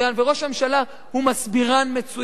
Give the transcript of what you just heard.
וראש ממשלה הוא מסבירן מצוין,